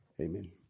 Amen